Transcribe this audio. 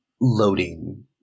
loading